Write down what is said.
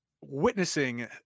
witnessing